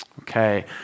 Okay